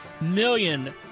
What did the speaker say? million